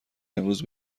امروز